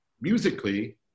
musically